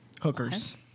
Hookers